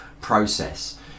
process